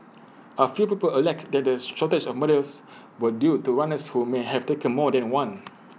A few people alike that the shortage of medals was due to runners who may have taken more than one